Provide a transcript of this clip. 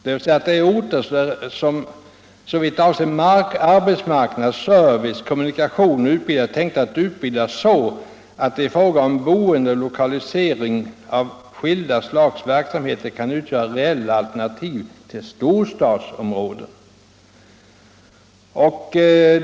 Det gäller alltså orter som såvitt avser arbetsmarknad, service, kommunikation och utbildning är tänkta att utvecklas, så att de i fråga om boende och lokalisering av skilda slags verksamheter kan utgöra reella alternativ till bostadsområdena.